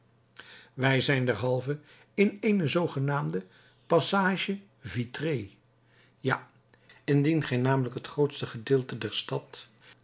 wij zijn derhalve in eene zoogenaamde passage vitrée ja indien gij namelijk het grootste gedeelte der stad